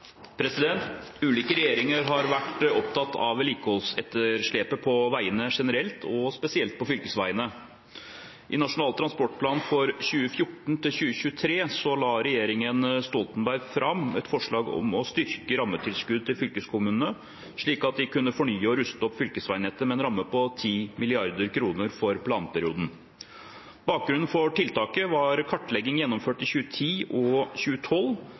fylkesvegane?» Ulike regjeringer har vært opptatt av vedlikeholdsetterslepet på veiene generelt, og spesielt på fylkesveiene. I Nasjonal transportplan 2014–2023 la regjeringen Stoltenberg fram et forslag om å styrke rammetilskuddet til fylkeskommunene slik at de kunne fornye og ruste opp fylkesveinettet med en ramme på 10 mrd. kr for planperioden. Bakgrunnen for tiltaket var kartlegging gjennomført i 2010 og 2012,